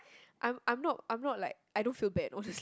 I'm I'm not I'm not like I don't feel bad honestly